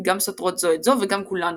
גם סותרות זו את זו וגם כולן נכונות.